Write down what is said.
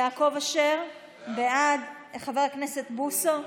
יעקב אשר בעד, חבר הכנסת בוסו,